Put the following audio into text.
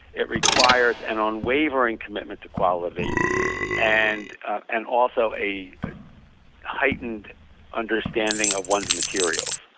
it requires an on wavering commitment to quality and and also a heightened understanding of one's materials.